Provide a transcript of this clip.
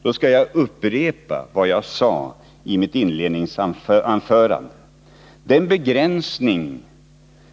Då skall jag upprepa vad jag sade i mitt inledningsanförande.